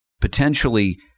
potentially